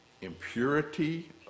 impurity